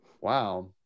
Wow